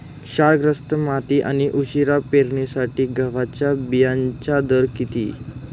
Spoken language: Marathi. क्षारग्रस्त माती आणि उशिरा पेरणीसाठी गव्हाच्या बियाण्यांचा दर किती?